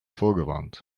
vorgewarnt